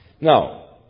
Now